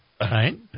Right